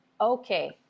okay